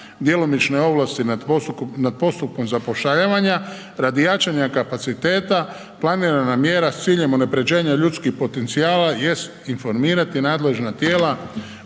djelomične ovlasti nad postupkom zapošljavanja radi jačanja kapaciteta planirana mjera sa ciljem unapređenja ljudskih potencijala jest informirati nadležna tijela